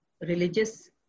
religious